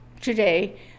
today